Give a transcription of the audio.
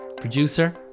producer